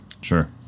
sure